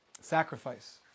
sacrifice